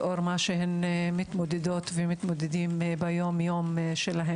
לאור מה שהם מתמודדות ומתמודדים יום יום.